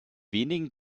wenigen